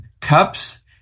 Cups